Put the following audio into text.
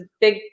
big